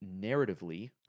narratively